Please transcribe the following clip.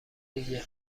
دیگه